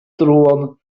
truon